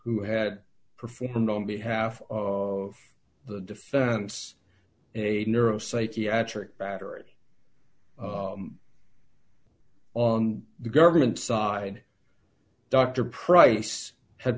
who had performed on behalf of the defense a neuro psychiatric battery on the government side dr pryce